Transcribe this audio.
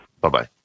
Bye-bye